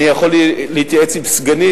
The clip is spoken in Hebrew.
אני יכול להתייעץ עם סגני,